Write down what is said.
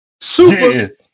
Super